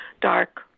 Dark